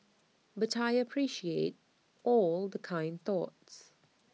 but I appreciate all the kind thoughts